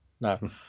No